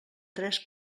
tres